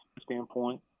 standpoint